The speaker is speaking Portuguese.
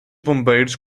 bombeiros